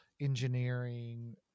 engineering